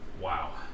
Wow